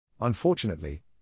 Unfortunately